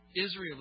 Israel